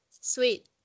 Sweet